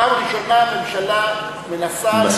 פעם ראשונה הממשלה מנסה להתייחס,